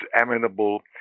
amenable